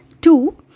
two